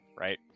right